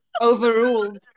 Overruled